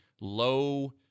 low